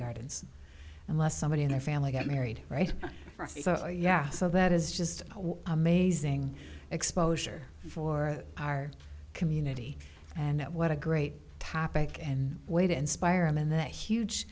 gardens unless somebody in their family got married right away yeah so that is just amazing exposure for our community and what a great topic and way to inspire him and that huge